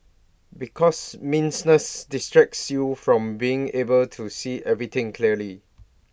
because messiness distracts you from being able to see everything clearly